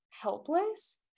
helpless